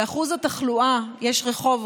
ואחוז התחלואה יש רחוב,